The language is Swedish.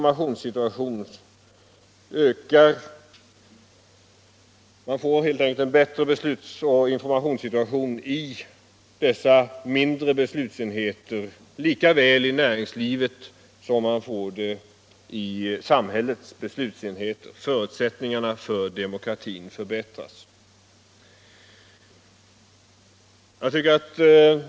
Man får helt enkelt en bättre beslutsoch informationssituation i dessa mindre enheter i näringslivet lika väl som i samhällets beslutsenheter. Förutsättningarna för demokratin förbättras.